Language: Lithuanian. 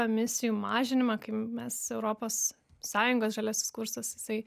emisijų mažinimą kaip mes europos sąjungos žaliasis kursas jisai